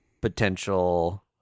potential